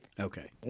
Okay